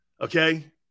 Okay